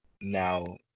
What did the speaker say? now